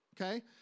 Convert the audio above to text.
okay